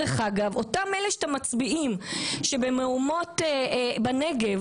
אותם אלה שהתפרעו במהומות בנגב,